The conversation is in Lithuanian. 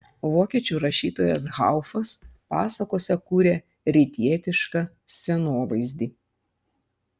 vokiečių rašytojas haufas pasakose kuria rytietišką scenovaizdį